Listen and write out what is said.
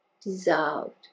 dissolved